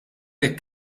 jekk